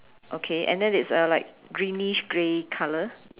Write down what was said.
okay and then it's a like greenish grey color